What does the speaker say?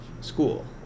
school